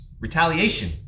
Retaliation